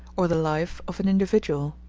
or the life of an individual.